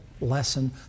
lesson